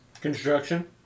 Construction